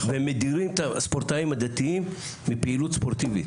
ומדירות את הספורטאים הדתיים מפעילות ספורטיבית.